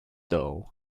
though